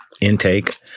intake